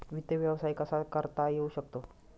वित्त व्यवसाय कसा करता येऊ शकतो?